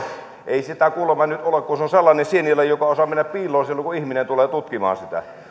ei sitä kuulemma nyt ole kun se on sellainen sienilaji joka osaa mennä piiloon silloin kun ihminen tulee tutkimaan sitä